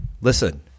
listen